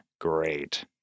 Great